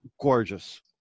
gorgeous